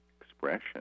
expression